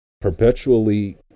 perpetually